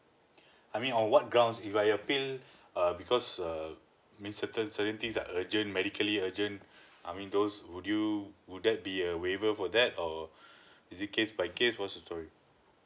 I mean on what grounds if I appeal uh because err means certain certain things like urgent medically urgent I mean those would you would that be a waiver for that or is it case by case what's the story